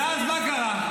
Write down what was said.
ואז מה קרה?